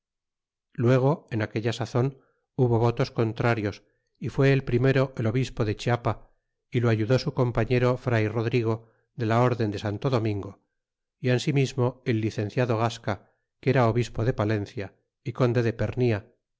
luego en aquella sazon hubo votos contrarios y fué el primero el obispo de chiapa y lo ayudó su compa flero fray rodrigo de la orden de santo domingo y ansimismo el licenciado gasea que era obispo de palencia y conde de perilla